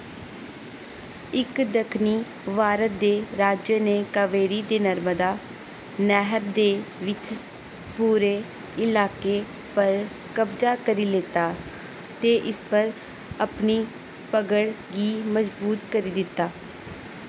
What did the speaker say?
इक दक्खनी भारत दे राज्य ने कावेरी ते नर्मदा नैह्रें दे बिच्च पूरे इलाके पर कब्जा करी लैता ते इस पर अपनी पकड़ गी मजबूत करी दित्ता